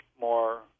more